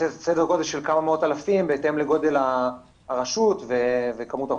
סדר גודל של כמה מאות אלפים בהתאם לגודל הרשות וכמות האוכלוסייה.